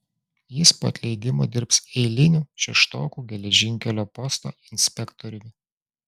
jis po atleidimo dirbs eiliniu šeštokų geležinkelio posto inspektoriumi